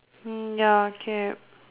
ya cap